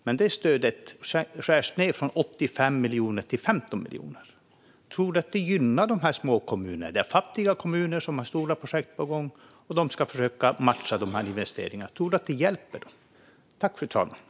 Men det stödet skärs ned, från 85 miljoner till 15 miljoner. Tror du att det gynnar de små kommunerna? Det är fattiga kommuner som har stora projekt på gång, och de ska försöka matcha de investeringarna. Tror du att det hjälper dem?